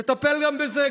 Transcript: נטפל גם בזה.